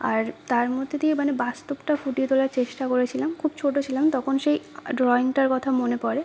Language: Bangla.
আর তার মধ্যে দিয়ে মানে বাস্তবটা ফুটিয়ে তোলার চেষ্টা করেছিলাম খুব ছোট ছিলাম তখন সেই ড্রয়িংটার কথা মনে পড়ে